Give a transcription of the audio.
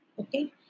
okay